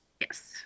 Yes